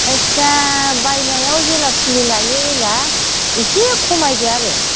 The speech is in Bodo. जायखिया बायनायाव जेला फुलि लायो एला एसे खमायदो आरो